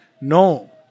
No